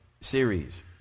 series